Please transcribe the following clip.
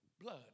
blood